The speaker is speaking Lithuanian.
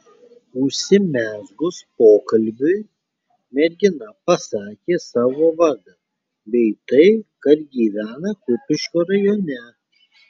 užsimezgus pokalbiui mergina pasakė savo vardą bei tai kad gyvena kupiškio rajone